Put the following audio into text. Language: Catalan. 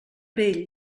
vell